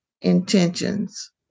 intentions